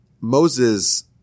Moses